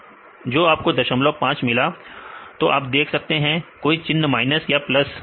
जो आपको 05 मिला पूर्ण तो आप देख सकते हैं कोई चिन्ह माइनस या प्लस